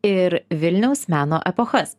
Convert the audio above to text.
ir vilniaus meno epochas